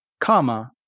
comma